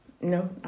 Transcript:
No